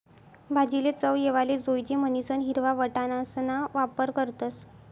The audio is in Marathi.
भाजीले चव येवाले जोयजे म्हणीसन हिरवा वटाणासणा वापर करतस